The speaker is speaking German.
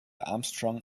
armstrong